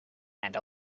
and